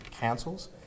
cancels